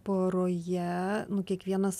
poroje nu kiekvienas